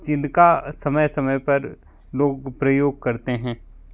जिनका समय समय पर लोग प्रयोग करते हैं